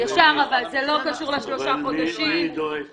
זה מקרה שהיא דיברה אתו והיא יכולה לעדכן אותו גם.